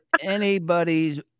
anybody's